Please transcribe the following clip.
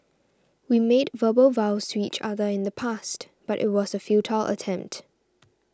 we made verbal vows to each other in the past but it was a futile attempt